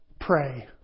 pray